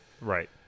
Right